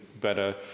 better